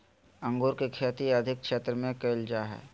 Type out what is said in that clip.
अंगूर के खेती अधिक क्षेत्र में कइल जा हइ